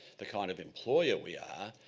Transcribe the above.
the kind of employer we are,